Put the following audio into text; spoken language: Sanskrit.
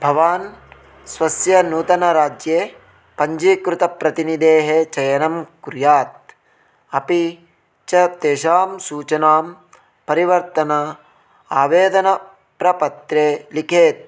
भवान् स्वस्य नूतनराज्ये पञ्जीकृतप्रतिनिधेः चयनं कुर्यात् अपि च तेषां सूचनां परिवर्तना आवेदनप्रपत्रे लिखेत्